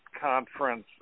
conference